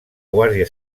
guàrdia